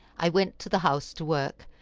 i went to the house to work,